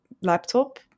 laptop